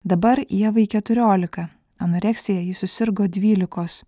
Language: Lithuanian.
dabar ievai keturiolika anoreksija ji susirgo dvylikos